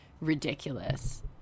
ridiculous